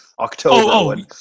october